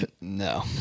No